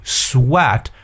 sweat